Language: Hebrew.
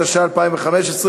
התשע"ה 2015,